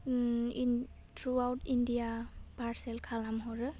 Om in throughout India parcel खालाम हरो